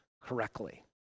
correctly